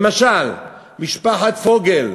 למשל משפחת פוגל,